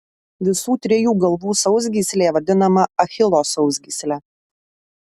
visų trijų galvų sausgyslė vadinama achilo sausgysle